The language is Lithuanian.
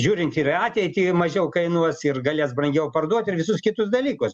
žiūrint ir į ateitį mažiau kainuos ir galės brangiau parduot ir visus kitus dalykus